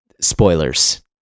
spoilers